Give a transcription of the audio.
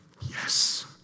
Yes